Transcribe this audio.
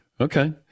Okay